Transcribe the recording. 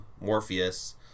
Morpheus